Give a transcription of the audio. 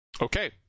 okay